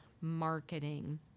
marketing